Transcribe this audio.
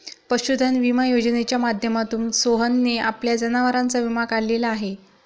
पशुधन विमा योजनेच्या माध्यमातून सोहनने आपल्या जनावरांचा विमा काढलेला आहे